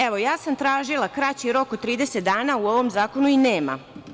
Evo, tražila sam kraći rok od 30 dana u ovom zakonu i nema.